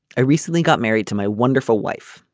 i recently got married to my wonderful wife.